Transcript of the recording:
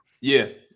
Yes